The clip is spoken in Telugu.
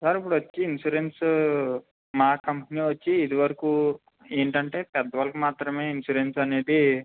సార్ ఇప్పుడు వచ్చి ఇన్సూరెన్స్ మా కంపెనీ వచ్చి ఇదివరకు ఏంటంటే పెద్దవాళ్ళకు మాత్రమే ఇన్సూరెన్స్ అనేది